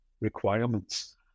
requirements